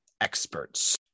experts